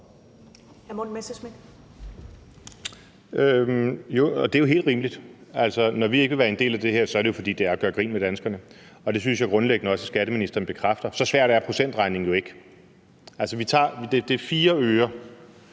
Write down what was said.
Det er jo helt rimeligt. Altså, når vi ikke vil være en del af det her, er det jo, fordi det er at gøre grin med danskerne, og det synes jeg grundlæggende også skatteministeren bekræfter. Så svær er procentregning jo ikke. Altså, det drejer